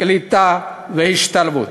קליטה והשתלבות.